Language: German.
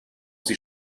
sie